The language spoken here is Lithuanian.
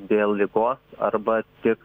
dėl ligos arba tik